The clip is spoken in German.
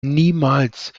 niemals